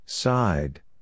Side